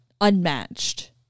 unmatched